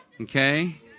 Okay